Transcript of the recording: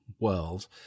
world